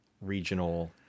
regional